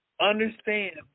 Understand